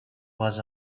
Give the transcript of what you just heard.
was